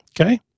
Okay